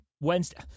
Wednesday